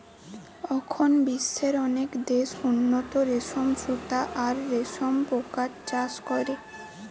অখন বিশ্বের অনেক দেশ উন্নত রেশম সুতা আর রেশম পোকার চাষ করে